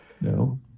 No